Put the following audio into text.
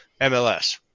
MLS